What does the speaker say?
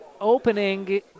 opening